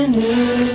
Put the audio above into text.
new